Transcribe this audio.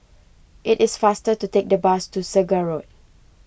it is faster to take the bus to Segar Road